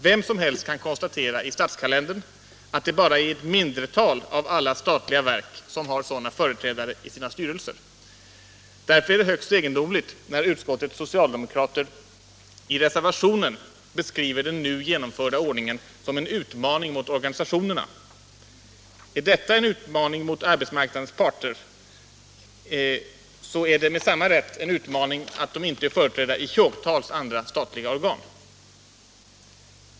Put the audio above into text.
Vem som helst kan konstatera i Statskalendern att det bara är ett mindretal av alla statliga verk som har sådana företrädare i sina styrelser. Därför är det högst egendomligt när utskottets socialdemokrater i reservationen beskriver den nu genomförda ordningen som en utmaning mot organisationerna. Är detta en utmaning mot arbetsmarknadens parter, så kan man med samma rätt säga att det är en utmaning att de inte är företrädda i tjogtals andra statliga organ.